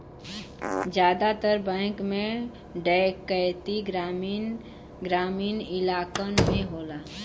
जादातर बैंक में डैकैती ग्रामीन इलाकन में होला